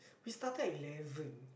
we started eleven